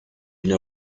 une